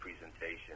presentation